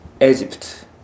Egypt